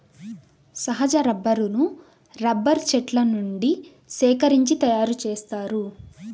సహజ రబ్బరును రబ్బరు చెట్ల నుండి సేకరించి తయారుచేస్తారు